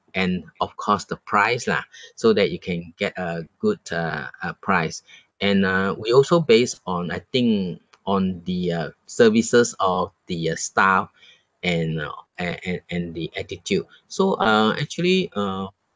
and of course the price lah so that you can get a good uh uh price and uh we also base on I think on the uh services of the uh staff and uh and and and the attitude so uh actually uh